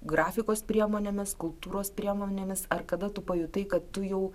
grafikos priemonėmis skulptūros priemonėmis ar kada tu pajutai kad tu jau